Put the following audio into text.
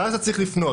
ואז אתה צריך לפנות.